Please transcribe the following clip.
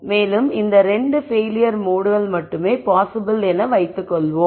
மேலும் இந்த 2 பெயிலியர் மோட்கள் மட்டுமே பாசிபிள் என்று வைத்துக் கொள்வோம்